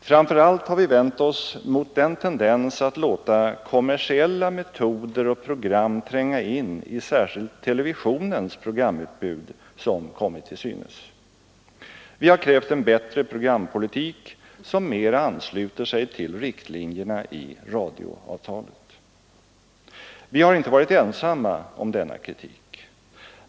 Framför allt har vi vänt oss mot den tendens att låta kommersiella metoder och program tränga in i särskilt televisionens programutbud som kommit till synes. Vi har krävt en bättre programpolitik, som mera ansluter sig till riktlinjerna i radioavtalet. Vi har inte varit ensamma om denna kritik.